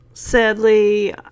Sadly